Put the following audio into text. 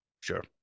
Sure